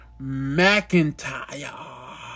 McIntyre